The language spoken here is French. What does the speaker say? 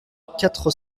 quatre